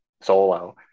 solo